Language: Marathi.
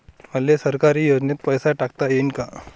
मले सरकारी योजतेन पैसा टाकता येईन काय?